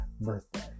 birthday